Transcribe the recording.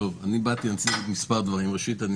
ראשית,